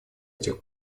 этих